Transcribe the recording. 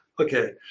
Okay